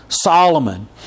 Solomon